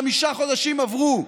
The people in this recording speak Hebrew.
חמישה חודשים עברו.